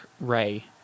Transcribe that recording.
Ray